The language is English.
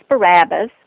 Barabbas